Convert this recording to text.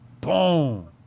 Boom